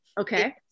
okay